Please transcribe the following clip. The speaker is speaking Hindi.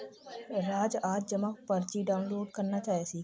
राज आज जमा पर्ची डाउनलोड करना सीखेगा